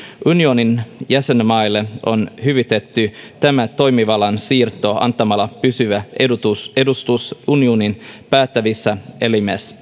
unionin jäsenmaille on hyvitetty tämä toimivallan siirto antamalla pysyvä edustus edustus unionin päättävissä elimissä